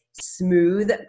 smooth